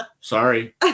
Sorry